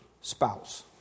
spouse